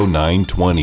920